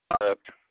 product